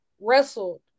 wrestled